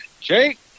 jake